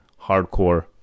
hardcore